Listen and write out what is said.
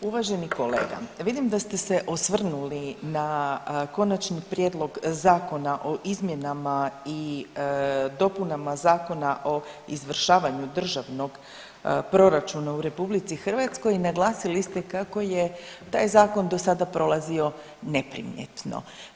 Uvaženi kolega vidim da ste se osvrnuli na Konačni prijedlog Zakona o izmjenama i dopunama Zakona o izvršavanju Državnog proračuna u RH i naglasili ste kako je taj zakon dosada prolazio neprimjetno.